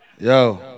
yo